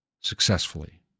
successfully